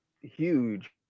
huge